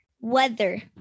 Weather